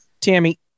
tammy